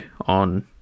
on